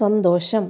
സന്തോഷം